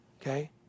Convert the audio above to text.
okay